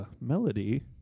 melody